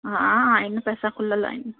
हा आहिनि पैसा खुललि आहिनि